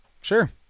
Sure